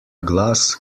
glas